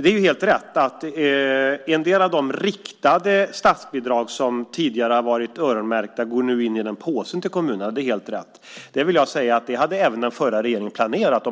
Det är helt rätt att en del av de riktade statsbidrag som tidigare har varit öronmärkta nu går in i påsen till kommunerna. Det är helt rätt. Det hade även den förra regeringen planerat.